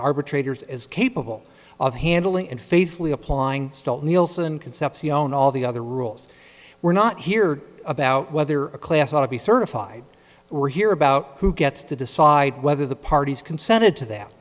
arbitrators as capable of handling and faithful applying stealth nielsen concepcion all the other rules were not here about whether a class ought to be certified we're here about who gets to decide whether the parties consented to th